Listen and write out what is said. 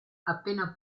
appena